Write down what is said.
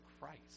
Christ